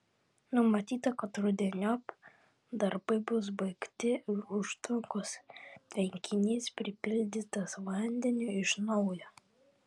numatyta kad rudeniop darbai bus baigti ir užtvankos tvenkinys pripildytas vandeniu iš naujo